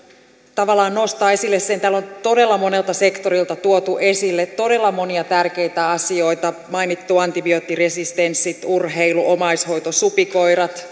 tavallaan nostaa esille jotain täällä on todella monelta sektorilta tuotu esille todella monia tärkeitä asioita mainittu antibioottiresistenssi urheilu omaishoito supikoirat